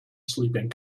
sleeping